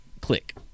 click